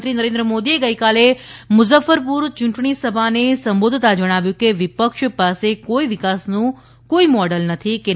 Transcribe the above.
પ્રધાનમંત્રી નરેન્દ્ર મોદીએ ગઈકાલે મુઝફ્ફરપુર ચૂંટણી સભાને સંબોધતા જણાવ્યું હતું કે વિપક્ષ પાસે કોઇ વિકાસનું કોઇ મોડલ નથી કે નથી કોઈ અનુભવ